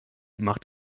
macht